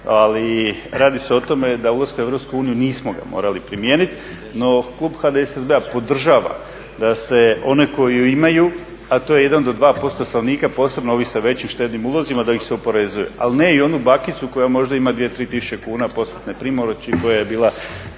ali radi se o tome da ulaskom u Europsku uniju nismo ga morali primijenit no klub HDSSB-a podržava da se one koji ju imaju, a to je 1 do 2% stanovnika, posebno ovi sa većim štednim ulozima da ih se oporezuje, ali ne i onu bakicu koja možda ima 2-3 tisuće kuna posmrtne pripomoći koja je bila